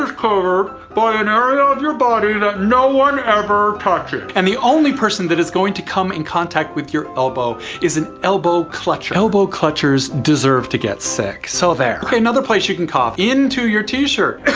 covered by an area of your body that no one ever touches. and the only person that is going to come in contact with your elbow is an elbow clutcher. elbow clutchers deserve to get sick. so there! ok, another place you can cough. into your t-shirt. it